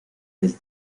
del